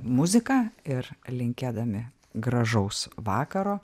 muziką ir linkėdami gražaus vakaro